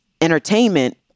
entertainment